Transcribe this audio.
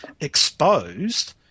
exposed